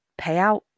payout